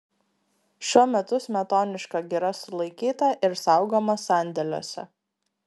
šiuo metu smetoniška gira sulaikyta ir saugoma sandėliuose